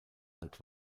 alt